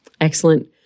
Excellent